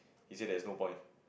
he say there is no point